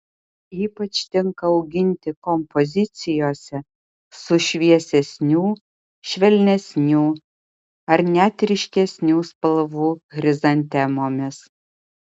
ypač tinka auginti kompozicijose su šviesesnių švelnesnių ar net ryškesnių spalvų chrizantemomis